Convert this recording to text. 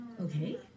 Okay